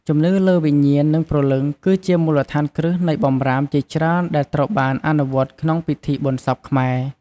ជំនឿលើវិញ្ញាណ និងព្រលឹង គឺជាមូលដ្ឋានគ្រឹះនៃបម្រាមជាច្រើនដែលត្រូវបានអនុវត្តក្នុងពិធីបុណ្យសពខ្មែរ។